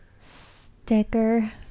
Sticker